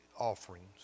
offerings